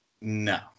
no